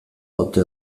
ote